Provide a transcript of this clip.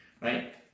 Right